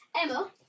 Emma